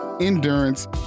endurance